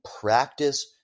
practice